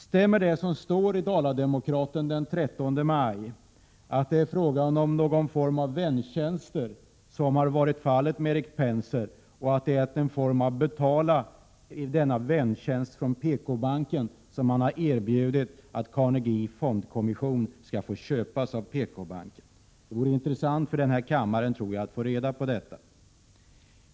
Stämmer det som står i Dala-Demokraten den 13 maj att det är fråga om någon form av väntjänster mellan Erik Penser och PKbanken som har lett till att man som betalning har erbjudit att Carnegie Fondkommission skall få köpas av PKbanken? Jag tror att det vore intressant för denna kammare att få reda på det.